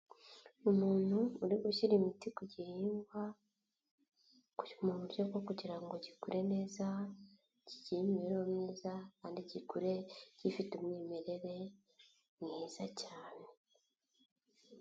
Umuntu uri gushyira imiti ku gihingwa mu buryo bwo kugira ngo gikure neza; kigire imibereho myiza kandi gikure gifite umwimerere mwiza cyane.